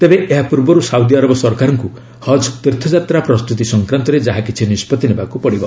ତେବେ ଏହା ପୂର୍ବରୁ ସାଉଦିଆରବ ସରକାରଙ୍କୁ ହଜ୍ ତୀର୍ଥ ଯାତ୍ରା ପ୍ରସ୍ତୁତି ସଫକ୍ରାନ୍ତରେ ଯାହା କିଛି ନିଷ୍ପଭି ନେବାକୁ ପଡ଼ିବ